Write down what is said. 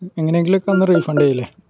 എങ്ങനെ എങ്കിലുമൊക്കെ ഒന്ന് റീഫണ്ട് ചെയ്യില്ലേ